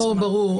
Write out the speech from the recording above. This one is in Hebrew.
ברור.